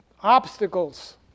obstacles